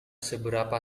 seberapa